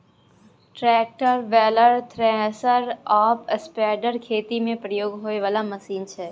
tractor, baler, thresher आ spreader खेती मे प्रयोग होइ बला मशीन छै